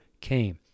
Came